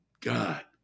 God